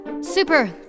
Super